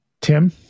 Tim